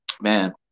man